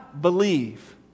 believe